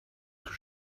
que